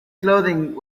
clothing